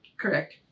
Correct